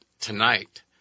tonight